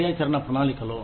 కార్యాచరణ ప్రణాళికలో